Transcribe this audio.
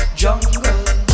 jungle